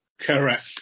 Correct